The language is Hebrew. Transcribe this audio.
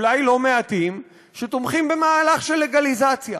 אולי לא מעטים, שתומכים במהלך של לגליזציה,